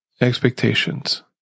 expectations